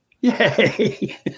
Yay